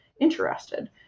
interested